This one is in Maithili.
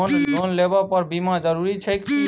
लोन लेबऽ पर बीमा जरूरी छैक की?